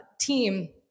team